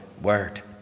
word